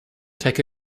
take